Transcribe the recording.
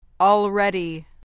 Already